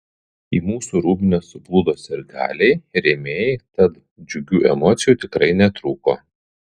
į mūsų rūbinę suplūdo sirgaliai rėmėjai tad džiugių emocijų tikrai netrūko